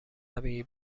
طبیعی